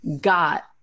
got